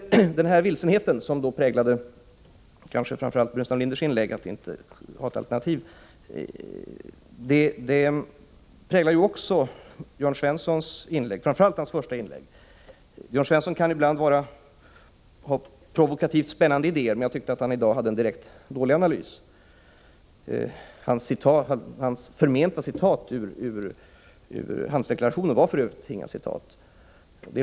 Den vilsenhet som kanske framför allt präglade Staffan Burenstam Linders inlägg om att vi inte skulle ha något annat alternativ än att misslyckas, präglade också Jörn Svenssons inlägg, främst det första. Jörn Svensson kan ibland ha provokativt spännande idéer, men i dag tyckte jag att han gjorde en direkt dålig analys. Hans förmenta citat ur handelsdeklarationen var för övrigt inget citat.